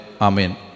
Amen